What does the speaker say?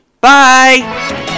bye